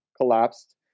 collapsed